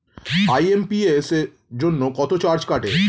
IMPS জন্য কত charge কাটে?